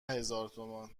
هزارتومان